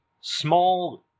small